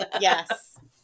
Yes